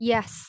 Yes